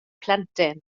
plentyn